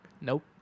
Nope